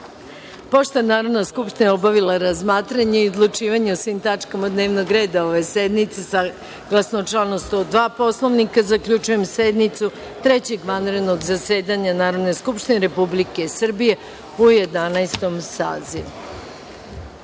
je Narodna skupština obavila razmatranje i odlučivanje o svim tačkama dnevnog reda ove sednice saglasno članu 102. Poslovnika zaključujem sednicu Trećeg vanrednog zasedanja Narodne skupštine Republike Srbije u